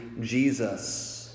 Jesus